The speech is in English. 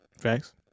Facts